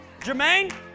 Jermaine